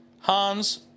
Hans